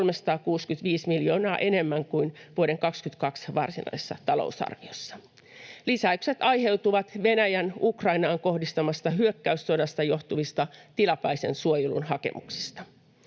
365 miljoonaa enemmän kuin vuoden 22 varsinaisessa talousarviossa. Lisäykset aiheutuvat Venäjän Ukrainaan kohdistamasta hyökkäyssodasta johtuvista tilapäisen suojelun hakemuksista.